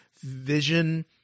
Vision